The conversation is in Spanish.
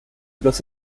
los